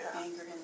Anger